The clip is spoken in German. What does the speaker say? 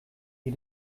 die